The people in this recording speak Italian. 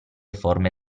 forme